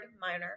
minor